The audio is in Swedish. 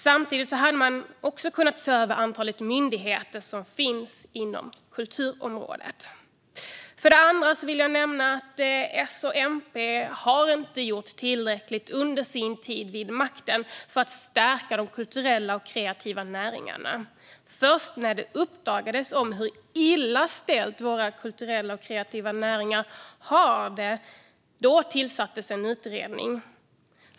Samtidigt skulle man kunna se över antalet myndigheter inom kulturområdet. För det andra vill jag nämna att S och MP inte har gjort tillräckligt under sin tid vid makten för att stärka de kulturella och kreativa näringarna. Först när det uppdagades hur illa ställt våra kulturella och kreativa näringar har det tillsattes en utredning.